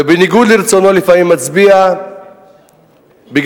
ולפעמים מצביע בניגוד לרצונו,